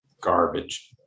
Garbage